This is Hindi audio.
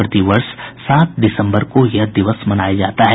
प्रतिवर्ष सात दिसम्बर को यह दिवस मनाया जाता है